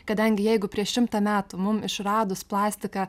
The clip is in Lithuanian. kadangi jeigu prieš šimtą metų mum išradus plastiką